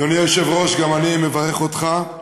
אדוני היושב-ראש, גם אני מברך אותך על